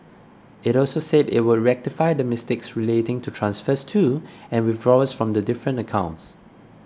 it also said it would rectify the mistakes relating to transfers to and withdrawals from the different accounts